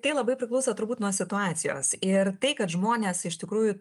tai labai priklauso turbūt nuo situacijos ir tai kad žmonės iš tikrųjų